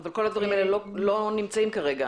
אבל כל הדברים האלה לא נמצאים כרגע